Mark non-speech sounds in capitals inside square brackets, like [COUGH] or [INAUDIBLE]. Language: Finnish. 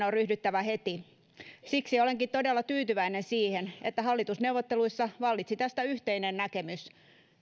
[UNINTELLIGIBLE] on ryhdyttävä heti siksi olenkin todella tyytyväinen siihen että hallitusneuvotteluissa vallitsi tästä yhteinen näkemys